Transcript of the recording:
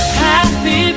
happy